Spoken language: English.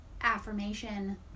affirmation